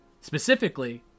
Specifically